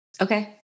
Okay